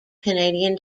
canadian